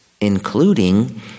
including